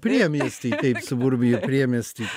priemiestį taip suburbija priemiestį